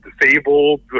disabled